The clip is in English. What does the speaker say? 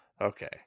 Okay